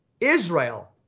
Israel